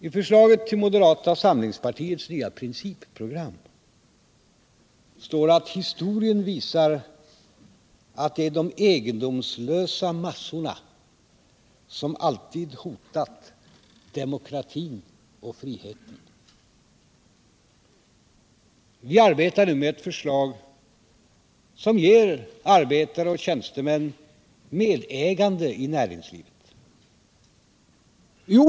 I förslaget till moderata samlingspartiets nya principprogram står att historien visar att det är de ecgendomslösa massorna som alltid hotat demokratin och friheten. Vi arbetar nu med ett förslag som ger arbetare och tjänstemän medägande i näringslivet.